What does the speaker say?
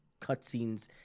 cutscenes